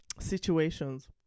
situations